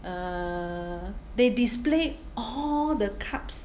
err they displayed all the cups